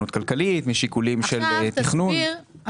כלכלית, תכנון עירוני ועוד.